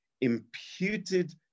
imputed